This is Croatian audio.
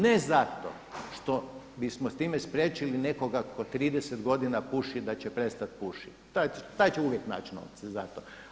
Ne zato što bismo s time spriječili nekoga tko 30 godina puši da će prestati pušiti, taj će uvijek naći novce za to.